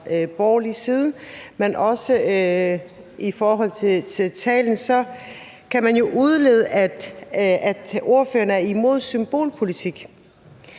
borgerlig side, men også i forhold til talen, kan man jo udlede, at ordføreren er imod symbolpolitik.